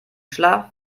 schlaf